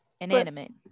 inanimate